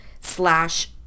slash